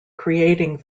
creating